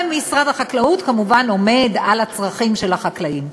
משרד החקלאות, כמובן, עומד על הצרכים של החקלאים.